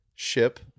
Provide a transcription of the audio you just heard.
Ship